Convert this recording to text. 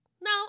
No